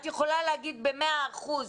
את יכולה להגיד במאה אחוז,